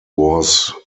was